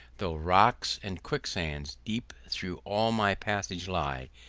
though rocks and quicksands deep through all my passage lie,